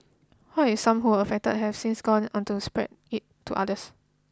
what if some who were infected have since gone on to spread it to others